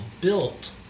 built